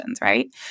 right